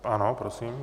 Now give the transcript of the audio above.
Ano, prosím.